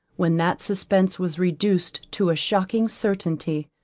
when that suspense was reduced to a shocking certainty,